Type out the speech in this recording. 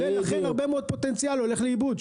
הרבה מאוד פוטנציאל הולך לאיבוד.